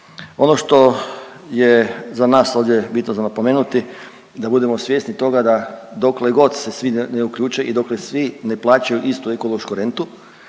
Ono što je za nas ovdje bitno za napomenuti da budemo svjesni toga da dokle god se svi ne uključe i dokle svi ne plaćaju istu ekološku rentu